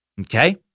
Okay